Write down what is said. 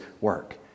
work